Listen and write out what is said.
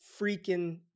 freaking